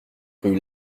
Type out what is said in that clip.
rue